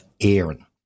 aaron